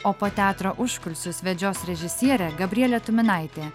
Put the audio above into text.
o po teatro užkulisius vedžios režisierė gabrielė tuminaitė